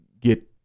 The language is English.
get